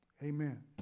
Amen